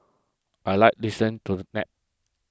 I like listen to the nap